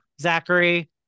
zachary